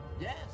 Yes